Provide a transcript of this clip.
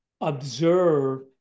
observe